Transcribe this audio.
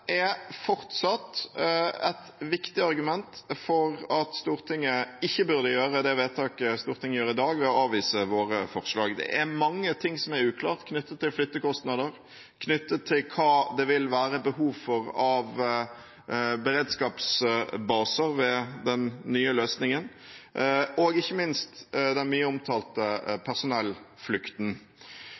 er fortsatt et viktig argument for at Stortinget ikke bør gjøre det vedtaket Stortinget i dag gjør ved å avvise våre forslag. Det er mye som er uklart knyttet til å flytte kostnader, knyttet til hva det vil være behov for av beredskapsbaser ved den nye løsningen, og ikke minst når det gjelder den mye omtalte personellflukten.